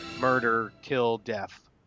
murder-kill-death